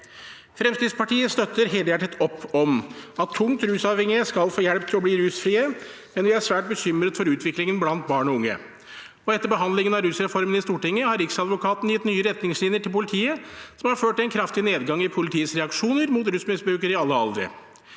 Fremskrittspartiet støtter helhjertet opp om at tungt rusavhengige skal få hjelp til å bli rusfrie, men vi er svært bekymret for utviklingen blant barn og unge. Etter behandlingen av rusreformen i Stortinget har Riksadvokaten gitt nye retningslinjer til politiet som har ført til en kraftig nedgang i politiets reaksjoner mot rusmisbrukere i alle aldre.